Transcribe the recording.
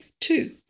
Two